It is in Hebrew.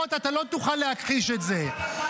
איזו תקומה?